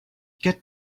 get